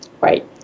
Right